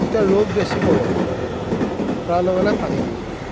যেতিয়া ৰ'দ বেছি পৰে পৰা লগে লগে পানী প্ৰয়োজন হয়